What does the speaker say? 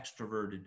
extroverted